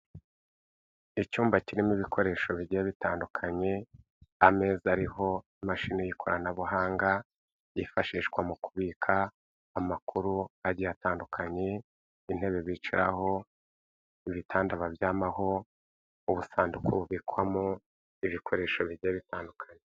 Icyumba kirimo ibikoresho bigiye bitandukanye, ameza ariho imashini y'ikoranabuhanga, yifashishwa mu kubika amakuru agiye atandukanye, intebe bicaraho, ibitanda baryamaho, ubusanduku bubikwamo ibikoresho bigiye bitandukanye.